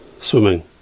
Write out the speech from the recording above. swimming